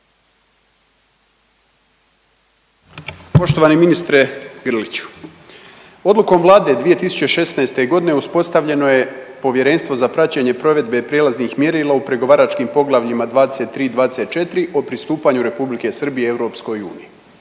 Poštovani ministre Grliću, odlukom vlade 2016. godine uspostavljeno je Povjerenstvo za praćenje provedbe prijelaznih mjerila u pregovaračkim Poglavljima 23 i 24 o pristupanju Republike Srbije EU.